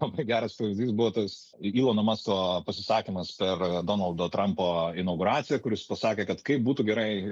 labai geras pavyzdys buvo tas ilono masko pasisakymas per donaldo trampo inauguraciją kur jis pasakė kad kaip būtų gerai